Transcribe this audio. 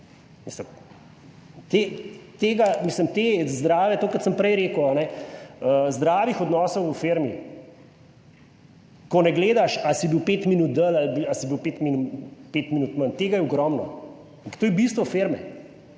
tega, mislim te zdrave... To, kar sem prej rekel, ne zdravih odnosov v firmi, ko ne gledaš ali si bil pet minut dlje ali si bil 5 minut manj, tega je ogromno, ampak to je bistvo firme,